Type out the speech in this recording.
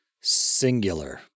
singular